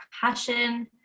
passion